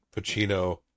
Pacino